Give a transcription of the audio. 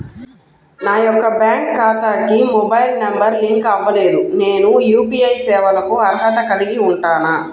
నా యొక్క బ్యాంక్ ఖాతాకి మొబైల్ నంబర్ లింక్ అవ్వలేదు నేను యూ.పీ.ఐ సేవలకు అర్హత కలిగి ఉంటానా?